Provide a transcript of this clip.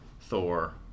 thor